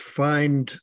find